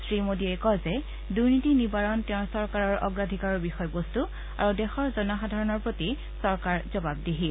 শ্ৰীমোডীয়ে কয় যে দুৰ্নীতি নিবাৰণে তেওঁৰ চৰকাৰৰ অগ্ৰাধিকাৰৰ বিষয়বস্তু আৰু দেশৰ জনসাধাৰণৰ প্ৰতি চৰকাৰ জবাবদিহি